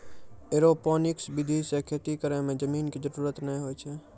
aeroponics विधि सॅ खेती करै मॅ जमीन के जरूरत नाय होय छै